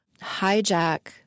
hijack